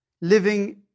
living